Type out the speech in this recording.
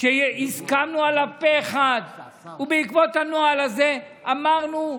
והסכמנו עליו פה אחד, ובעקבות הנוהל הזה אמרנו: